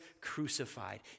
crucified